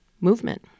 movement